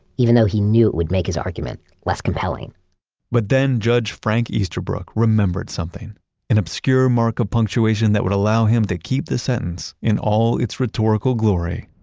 even though he knew it would make his argument less compelling but then judge frank easterbrook remembered something an obscure mark of punctuation that would allow him to keep the sentence, in all it's rhetorical glory,